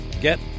get